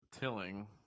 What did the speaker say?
tilling